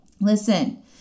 listen